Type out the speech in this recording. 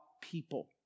people